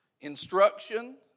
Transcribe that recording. Instruction